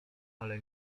ale